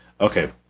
okay